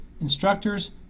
instructors